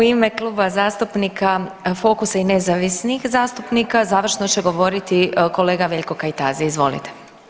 U ime Kluba zastupnika Fokusa i nezavisnih zastupnika završno će govoriti kolega Veljko Kajtazi, izvolite.